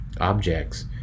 objects